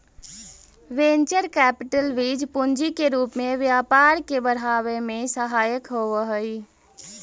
venture capital बीज पूंजी के रूप में व्यापार के बढ़ावे में सहायक होवऽ हई